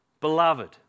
Beloved